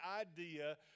idea